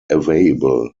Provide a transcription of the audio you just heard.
available